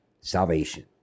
salvation